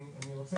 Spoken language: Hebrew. אני רוצה